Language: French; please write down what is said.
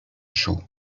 chaud